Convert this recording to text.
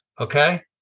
okay